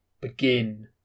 begin